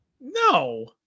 No